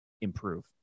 improve